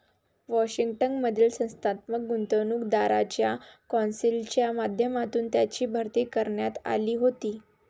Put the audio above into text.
Washington मधील संस्थात्मक गुंतवणूकदारांच्या कौन्सिलच्या माध्यमातून त्यांची भरती करण्यात आली होती